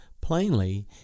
Plainly